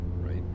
right